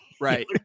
Right